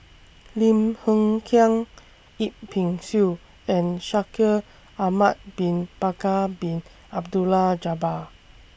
Lim Hng Kiang Yip Pin Xiu and Shaikh Ahmad Bin Bakar Bin Abdullah Jabbar